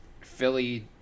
Philly